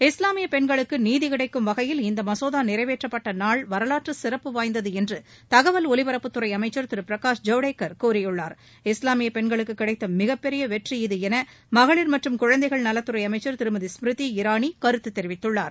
இஸ்லாமிய பெண்களுக்கு நீதிக்கிடைக்கும் வகையில் இந்த மசோதா நிறைவேற்றப்பட்ட நாள் வரலாற்றுச் சிறப்பு வாய்ந்தது என்று தகவல் ஒலிபரப்புத்துறை அமைச்சர் திரு பிரகாஷ் ஜவடேகர் கூறியுள்ளார் இஸ்லாமிய பெண்களுக்கு கிடைத்த மிகப்பெரிய வெற்றி இது என மகளிர் மற்றும் குழந்தைகள் நலத்துறை அமைச்சர் திருமதி ஸ்மிருதி இரானி கருத்து தெரிவித்துள்ளார்